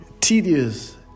tedious